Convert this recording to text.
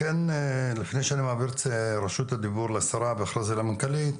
לפני שאני מעביר את רשות הדיבור לשרה ואחרי זה למנכ"לית,